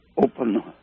open